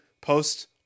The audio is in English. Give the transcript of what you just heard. post